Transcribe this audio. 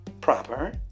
proper